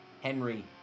Henry